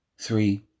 three